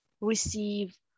receive